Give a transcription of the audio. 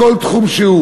בכל תחום שהוא,